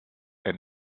and